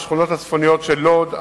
השכונות הצפוניות של לוד,